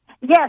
Yes